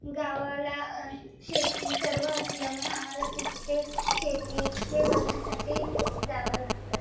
गावाला शेती सर्व असल्यामुळे आम्हाला तिथे शेती हे बघण्यासाठी जावं लागतं